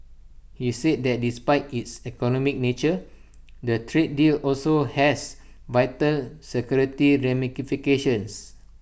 he said that despite its economic nature the trade deal also has vital security ramifications